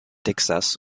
texas